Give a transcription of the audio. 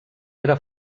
era